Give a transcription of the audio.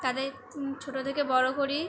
তাদের ছোট থেকে বড় করি